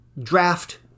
draft